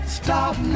stop